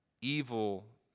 evil